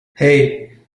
hey